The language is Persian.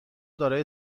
دارای